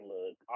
Look